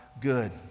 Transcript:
good